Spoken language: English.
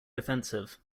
defensive